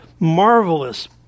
marvelous